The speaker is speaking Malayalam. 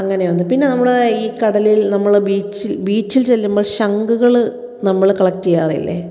അങ്ങനെ ഒന്ന് പിന്നെ നമ്മൾ ഈ കടലിൽ നമ്മൾ ബീച്ചില് ബീച്ചില് ചെല്ലുമ്പോള് ശംഖുകൾ നമ്മൾ കളക്റ്റ് ചെയ്യാറില്ലേ